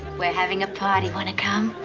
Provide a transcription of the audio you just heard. we're having a party. want to come?